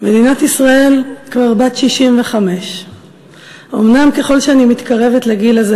מדינת ישראל כבר בת 65. אומנם ככל שאני מתקרבת לגיל הזה